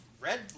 red